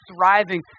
thriving